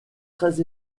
très